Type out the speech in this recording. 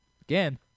Again